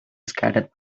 scattered